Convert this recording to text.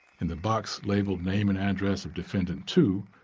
in the box labeled name and address of defendant two,